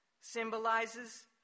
symbolizes